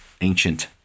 ancient